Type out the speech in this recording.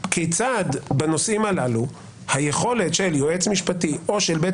כיצד בנושאים הללו היכולת של יועץ משפטי או של בית